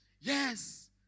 Yes